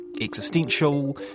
existential